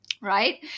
right